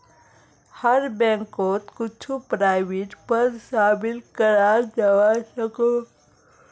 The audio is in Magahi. हर बैंकोत कुछु प्राइवेट पद शामिल कराल जवा सकोह